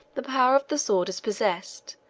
the power of the sword is possessed,